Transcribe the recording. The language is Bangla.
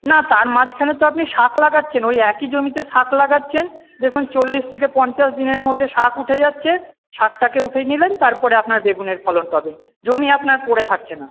না তার মাঝখানে তো আপনি শাক লাগাচ্ছেন ওই একই জমিতে শাক লাগাচ্ছেন দেখুন চল্লিশ থেকে পঞ্চাশ দিনের মধ্যে শাক উঠে যাচ্ছে শাকটাকে উঠিয়ে নিলেন তারপরে আপনার বেগুনের ফলন পাবেন জমি আপনার পরে থাকছে না